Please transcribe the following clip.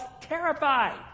terrified